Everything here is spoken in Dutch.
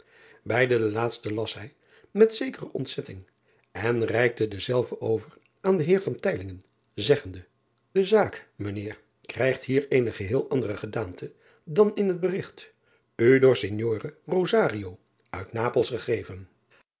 eide de laatste las hij met zekere ontzetting en reikte dezelve over aan den eer zeggende e zaak mijn eer krijgt hier eene geheel andere gedaante dan in het berigt u door ignore uit apels gegeven